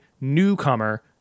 newcomer